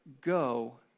go